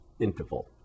interval